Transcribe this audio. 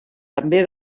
també